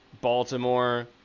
Baltimore